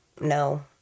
no